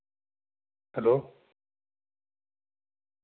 hello